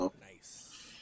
Nice